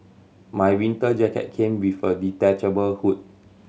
my winter jacket came with a detachable hood